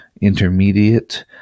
intermediate